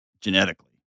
genetically